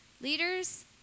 leaders